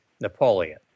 Napoleon